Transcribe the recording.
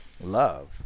love